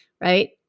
right